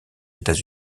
états